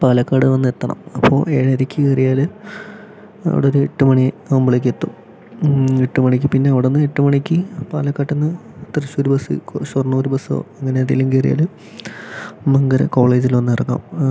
പാലക്കാട് വന്നെത്തണം അപ്പോൾ ഏഴരയ്ക്ക് കയറിയാൽ അവിടെയൊരു എട്ടുമണി ആകുമ്പോഴേക്കും എത്തും എട്ടുമണിക്ക് പിന്നെ അവിടെ നിന്ന് എട്ടുമണിക്ക് പാലക്കാട്ടിൽ നിന്ന് തൃശ്ശൂർ ബസ്സ് ഷൊർണ്ണൂർ ബസ്സോ അങ്ങനെ ഏതേലും കയറിയാൽ മങ്കര കോളേജിൽ വന്നിറങ്ങാം